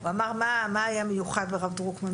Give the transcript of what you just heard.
הוא אמר, מה היה מיוחד ברב דרוקמן?